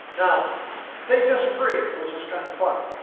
ah they disagree, which is kind of fun.